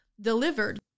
delivered